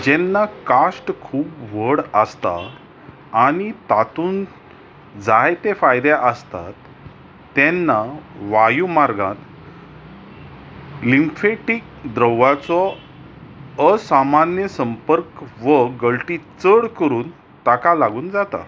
जेन्ना कास्ट खूब व्हड आसता आनी तातूंत जायते फायदे आसतात तेन्ना वायुमार्गांत लिम्फेटीक द्रवाचो असामान्य संपर्क वा गळती चड करून ताका लागून जाता